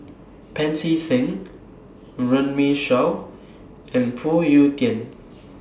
Pancy Seng Runme Shaw and Phoon Yew Tien